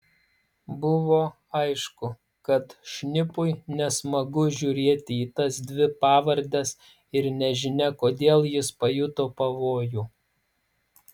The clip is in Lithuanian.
buvo aišku kad šnipui nesmagu žiūrėti į tas dvi pavardes ir nežinia kodėl jis pajuto pavojų